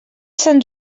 sant